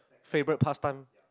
favourite past time